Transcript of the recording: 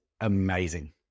amazing